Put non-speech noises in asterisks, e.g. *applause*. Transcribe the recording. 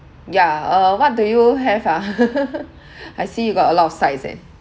ya uh what do you have ah *laughs* I see you got a lot of sides eh